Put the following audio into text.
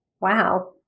Wow